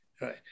right